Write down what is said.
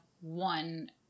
one